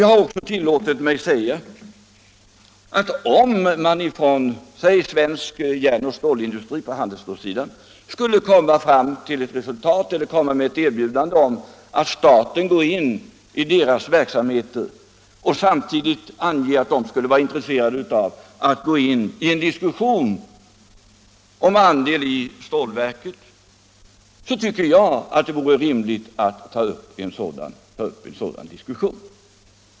Jag har också tillåtit mig säga att om man från t.ex. svensk järnoch stålindustri på handelsstålsidan skulle komma med ett erbjudande till staten att gå in i deras verksamheter och samtidigt ange att de skulle vara intresserade av att gå in i en diskussion om andel i stålverket, tycker jag att det vore rimligt att ta upp en sådan diskussion.